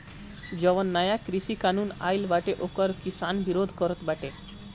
जवन नया कृषि कानून आइल बाटे ओकर किसान विरोध करत बाटे